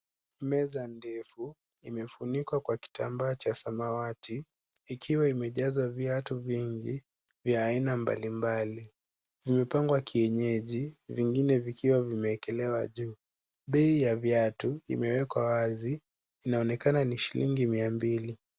Meza ndefu imefunikwa kwa kitambaa cha samawati, ikiwa imejazwa viatu vingi vya aina mbali mbali. Vimepangwa kienyeji vingine vikiwa vimewekelewa juu. Bei ya viatu imewekwa wazi inaonekana ni shilingi mia mbili .